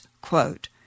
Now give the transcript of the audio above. quote